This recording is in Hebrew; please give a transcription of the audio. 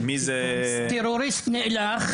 טרוריסט נאלח.